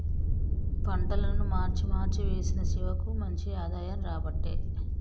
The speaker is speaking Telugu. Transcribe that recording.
పంటలను మార్చి మార్చి వేశిన శివకు మంచి ఆదాయం రాబట్టే